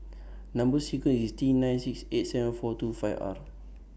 Number sequence IS T nine six eight seven four two five R